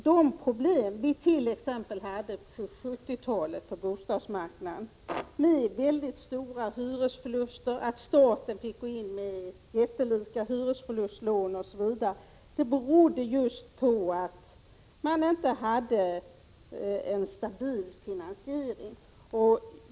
De problem på bostadsmarknaden som vi hade t.ex. på 1970-talet med mycket stora hyresförluster, då staten fick gå in med jättelika hyresförlustlån osv., berodde just på att man inte hade en stabil finansiering.